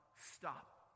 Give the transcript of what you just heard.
stop